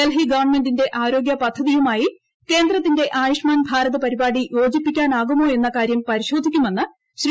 ഡെൽഹി ഗവൺമെന്റിന്റെ ആരോഗ്യ പദ്ധതിയുമായി കേന്ദ്രത്തിന്റെ ആയുഷ്മാൻ ഭാരത് പരിപാടി യോജിപ്പിക്കാനാകുമോ എന്ന കാര്യം പരിശോധിക്കുമെന്ന് ശ്രീ